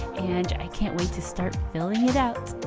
and i can't wait to start filling it out.